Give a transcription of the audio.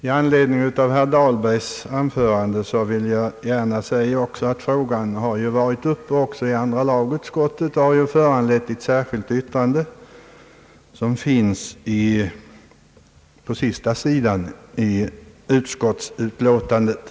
I anledning av herr Dahlbergs anförande vill jag gärna säga att frågan har varit uppe i andra lagutskottet och föranlett ett särskilt yttrande, som finns på sista sidan i utskottsutlåtandet.